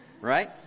right